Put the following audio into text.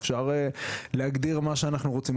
אפשר להגדיר מה שאנחנו רוצים.